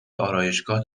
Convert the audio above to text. آرایشگاه